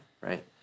right